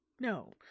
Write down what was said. no